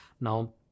Now